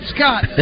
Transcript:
Scott